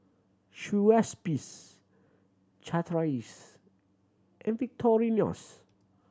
Schweppes Chateraise and Victorinox